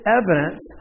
evidence